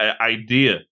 idea